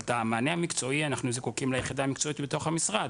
אבל למענה המקצועי אנחנו זקוקים ליחידה המקצועית בתוך המשרד,